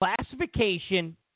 Classification